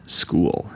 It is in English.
school